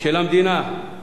של המדינה,